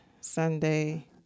sunday